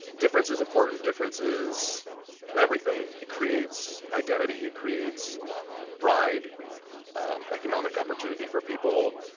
difference is important. difference is everything. it creates identity. ah creates pride and economic opportunity for people,